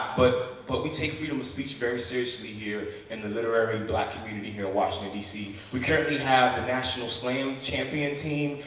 but but we take freedom of speech very seriously here in the literary and black community here in washington, d c. we currently have the national slam champion team.